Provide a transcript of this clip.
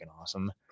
awesome